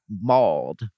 mauled